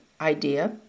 idea